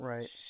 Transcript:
Right